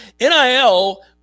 nil